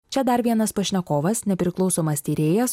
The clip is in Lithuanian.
čia dar vienas pašnekovas nepriklausomas tyrėjas